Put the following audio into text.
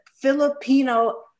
Filipino